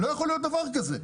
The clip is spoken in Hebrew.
לא יכול להיות דבר כזה.